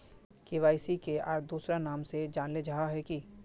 KYC के आर दोसरा नाम से जानले जाहा है की?